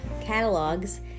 catalogs